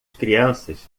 crianças